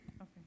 Okay